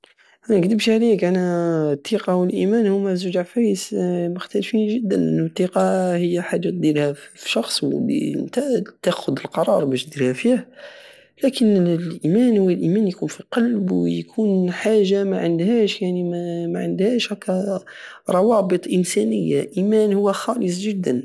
مانكدبش عليك انا التيقة والايمان هوما زوج عفايس مختالفين جدا التقة هي حجة ديرها فيوشخص ونتا تاخد قرار بش ريرها فيه لكن الايمان هو ايمان يكون في القلب ويكون حاجة معندهاش معندهاش هكا روابط انسانية الايمان هو خلص جدا